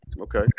Okay